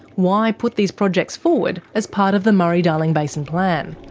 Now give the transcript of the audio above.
why put these projects forward as part of the murray-darling basin plan?